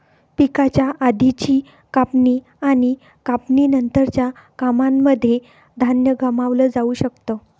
पिकाच्या आधीची कापणी आणि कापणी नंतरच्या कामांनमध्ये धान्य गमावलं जाऊ शकत